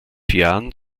jahren